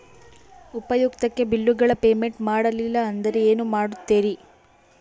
ಉಪಯುಕ್ತತೆ ಬಿಲ್ಲುಗಳ ಪೇಮೆಂಟ್ ಮಾಡಲಿಲ್ಲ ಅಂದರೆ ಏನು ಮಾಡುತ್ತೇರಿ?